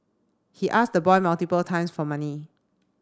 he asked the boy multiple times for money